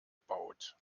baut